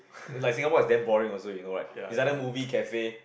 and like Singapore is damn boring also you know right it's either movie cafe